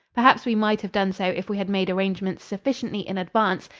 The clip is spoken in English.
perhaps we might have done so if we had made arrangements sufficiently in advance,